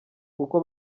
kuko